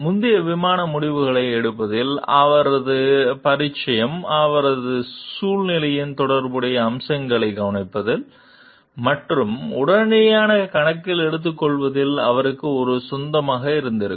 முந்தைய விமான முடிவுகளை எடுப்பதில் அவரது பரிச்சயம் அவரது சூழ்நிலையின் தொடர்புடைய அம்சங்களைக் கவனிப்பதில் மற்றும் உடனடியாக கணக்கில் எடுத்துக்கொள்வதில் அவருக்கு ஒரு சொத்தாக இருந்திருக்கும்